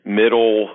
middle